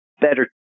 better